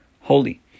holy